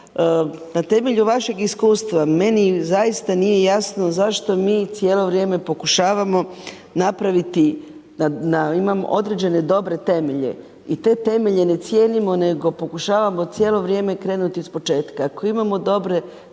Na temelju vašeg iskustva meni zaista nije jasno zašto mi cijelo vrijeme pokušavamo napraviti, imamo određene dobre temelje i te temelje ne cijenimo, nego pokušavamo cijelo vrijeme krenuti ispočetka. Ako imamo dobre temelje,